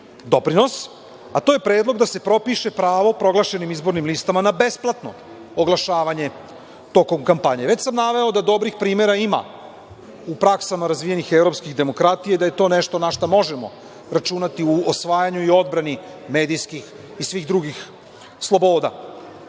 doprinos, a to je predlog da se propiše pravo proglašenim izbornim listama na besplatno oglašavanje tokom kampanje. Već sam naveo da dobrih primera ima u praksama razvijenih evropskih demokratija i da je to nešto na šta možemo računati u osvajanju i u odbrani medijskih i svih drugih sloboda. Dakle,